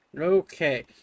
Okay